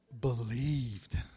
believed